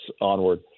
onward